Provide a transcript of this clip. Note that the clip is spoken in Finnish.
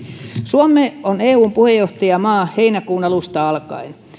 suomi on eun puheenjohtajamaa heinäkuun alusta alkaen